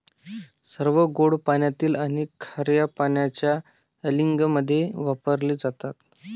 सर्व गोड पाण्यातील आणि खार्या पाण्याच्या अँलिंगमध्ये वापरले जातात